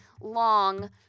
long